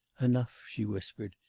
enough, she whispered.